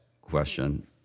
question